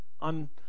on